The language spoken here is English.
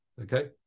okay